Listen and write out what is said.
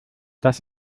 das